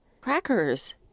crackers